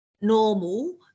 normal